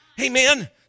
Amen